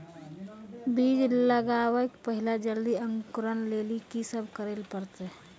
बीज लगावे के पहिले जल्दी अंकुरण लेली की सब करे ले परतै?